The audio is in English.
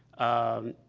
um,